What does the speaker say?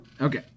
Okay